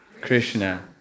Krishna